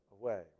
away